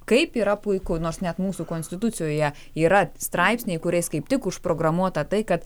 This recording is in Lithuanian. kaip yra puiku nors net mūsų konstitucijoje yra straipsniai kuriais kaip tik užprogramuota tai kad